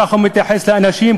כך הוא מתייחס לאנשים,